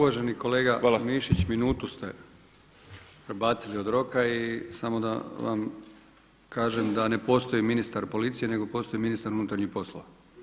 Uvaženi kolega Mišić minutu ste prebacili od roka i samo da vam kažem da ne postoji ministar policije nego postoji ministar unutarnjih poslova.